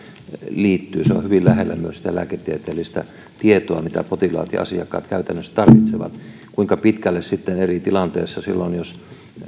liittyy on myös hyvin lähellä sitä lääketieteellistä tietoa mitä potilaat ja asiakkaat käytännössä tarvitsevat kuinka pitkälle sitten eri tilanteissa silloin jos